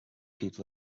people